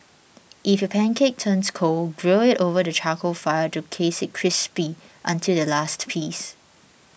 if your pancake turns cold grill it over the charcoal fire to taste it crispy until the last piece